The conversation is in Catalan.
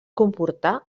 comportar